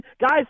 guys